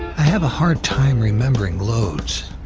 have a hard time remembering loads.